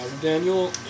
Daniel